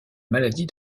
maladie